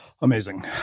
Amazing